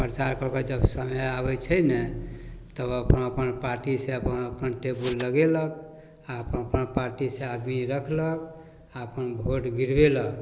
आओर प्रचार परके जब समय आबै छै ने तब अपन अपन पार्टीसँ अपन अपन टेबुल लगेलक आओर अपन अपन पार्टीसँ आदमी रखलक आओर अपन भोट गिरबेलक